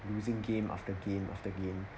losing game after game after game